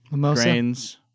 grains